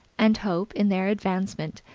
and hope, in their advancement,